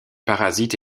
parasite